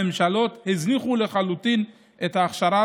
הממשלות הזניחו לחלוטין את ההכשרה